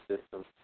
system